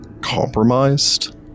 compromised